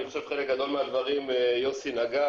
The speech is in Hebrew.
אני חושב שבחלק גדול מהדברים יוסי נגע